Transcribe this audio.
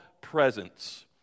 presence